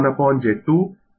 1 अपोन z Y है